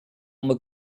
uma